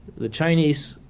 the chinese,